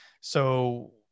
So-